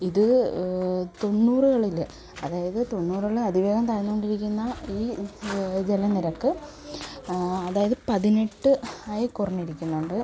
ഇത് തൊണ്ണൂറുകളില് അതായത് തൊണ്ണൂറുകളില് അതിവേഗം താഴ്ന്നുകൊണ്ടിരിക്കുന്ന ഈ ജനനനിരക്ക് അതായത് പതിനെട്ട് ആയി കുറഞ്ഞിരിക്കുന്നുണ്ട്